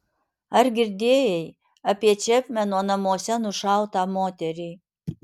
ar girdėjai apie čepmeno namuose nušautą moterį